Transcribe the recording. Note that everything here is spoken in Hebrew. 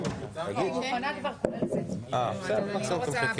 הישיבה ננעלה בשעה 13:26.